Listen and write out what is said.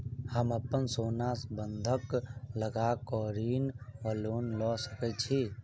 हम अप्पन सोना बंधक लगा कऽ ऋण वा लोन लऽ सकै छी?